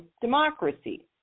democracy